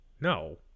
No